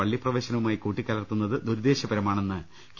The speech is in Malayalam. പള്ളിപ്രവേശനവുമായി കൂട്ടിക്കലർ ത്തുന്നത് ദുരുദ്ദേശ്യപരമാണെന്ന് കെ